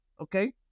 okay